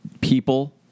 people